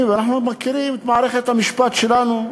ואנחנו מכירים את מערכת המשפט שלנו,